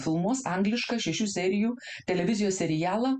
filmuos anglišką šešių serijų televizijos serialą